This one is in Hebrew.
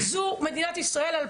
זו מדינת ישראל 2022,